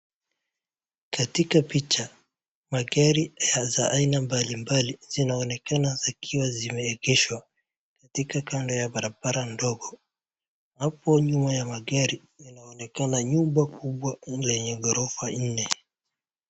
Katika picha, magari za aina mbalimbali zinaonekana zikiwa zimeegeshwa katika kando ya barabara ndogo. Hapo nyuma ya magari kunaonekana nyumba kubwa lenye ghorofa nne.